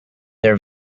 their